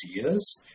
ideas